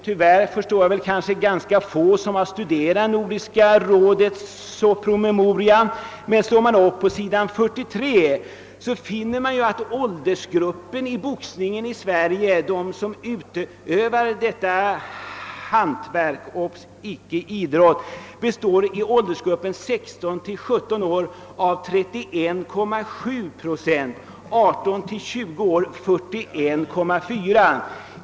Tyvärr har alltför få studerat Nordiska rådets utredning om boxningen. Slår man upp s. 43, finner man att av dem som utövar denna misshandel — observera: icke idrott! — hör 31,7 procent till åldersgruppen 16—17 år och 41,4 procent till gruppen 18—20 år.